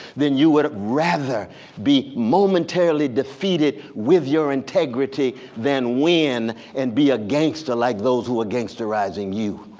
then you would rather be momentarily defeated with your integrity than win and be a gangster like those who are gansterizing you.